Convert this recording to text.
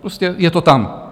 Prostě je to tam.